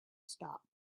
stopped